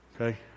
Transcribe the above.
Okay